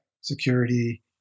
security